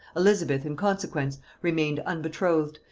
elizabeth in consequence remained unbetrothed,